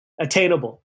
attainable